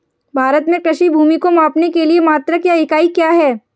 भारत में कृषि भूमि को मापने के लिए मात्रक या इकाई क्या है?